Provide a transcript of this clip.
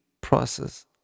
process